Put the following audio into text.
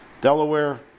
Delaware